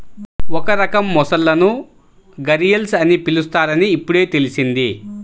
ఒక రకం మొసళ్ళను ఘరియల్స్ అని పిలుస్తారని ఇప్పుడే తెల్సింది